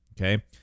okay